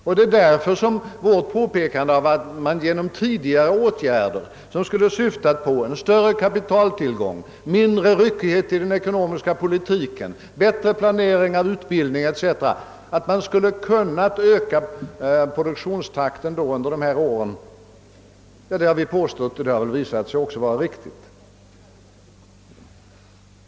Från vårt håll har länge påpekats att man genom tidigare åtgärder i syfte att åstadkomma större kapitaltillgång, mindre ryckighet i den ekonomiska politiken, bättre planering av utbildningen etc., skulle ha kunnat öka produktionstakten. Detta har nu fått en viss bekräftelse.